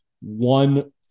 one